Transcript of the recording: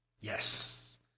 Yes